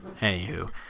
Anywho